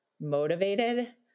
motivated